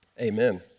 Amen